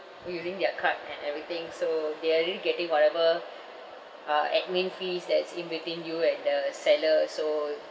while using their card and everything so they are already getting whatever uh admin fees that's in between you and the seller so